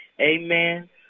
Amen